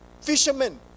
fishermen